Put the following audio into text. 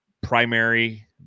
primary